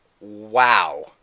Wow